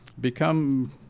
Become